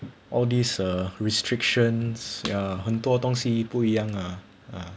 all these ugh restrictions ya 很多东西不一样啊